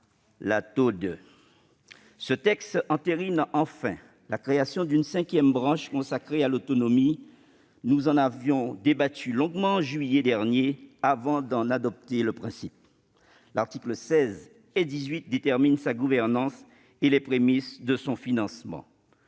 les TO-DE. Ce texte entérine enfin la création d'une cinquième branche consacrée à l'autonomie. Nous en avions débattu longuement en juillet dernier, avant d'en adopter le principe. Les articles 16 et 18 déterminent sa gouvernance et les prémices de son financement.